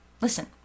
Listen